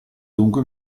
dunque